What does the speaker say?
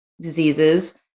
diseases